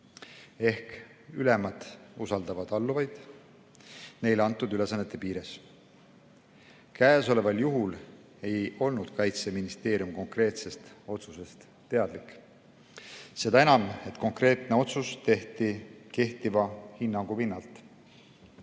ning ülemad usaldavad alluvaid neile antud ülesannete piires. Kõnealusel juhul ei olnud Kaitseministeerium konkreetsest otsusest teadlik. Seda enam, et konkreetne otsus tehti kehtiva hinnangu alusel.